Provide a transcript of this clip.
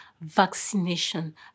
vaccination